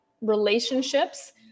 relationships